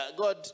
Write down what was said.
God